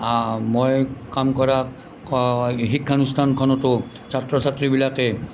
মই কাম কৰা শিক্ষানুষ্ঠানখনতো ছাত্ৰ ছাত্ৰী বিলাকে